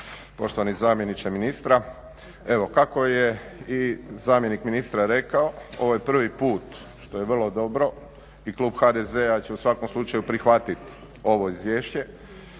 poštovani zamjeniče ministra. Evo kako je i zamjenik ministra rekao ovo je prvi put što je vrlo dobro i klub HDZ-a će u svakom slučaju prihvatiti ovo izvješće